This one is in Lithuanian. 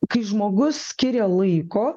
kai žmogus skiria laiko